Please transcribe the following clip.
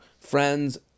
friends